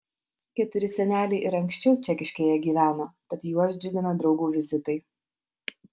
keturi seneliai ir anksčiau čekiškėje gyveno tad juos džiugina draugų vizitai